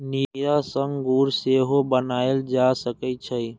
नीरा सं गुड़ सेहो बनाएल जा सकै छै